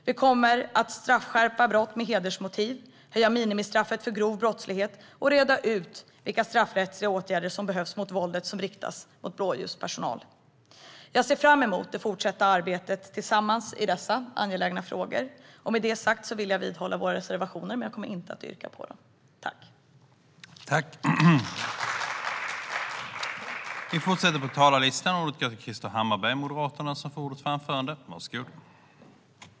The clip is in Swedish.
Vi kommer att straffskärpa brott med hedersmotiv, höja minimistraffet för grov brottslighet och reda ut vilka straffrättsliga åtgärder som behövs mot det våld som riktas mot blåljuspersonal. Jag ser fram emot det gemensamma fortsatta arbetet i dessa angelägna frågor. Med det sagt vill jag dock vidhålla våra reservationer, men jag kommer inte att yrka bifall till dem.